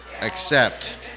accept